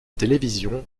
télévision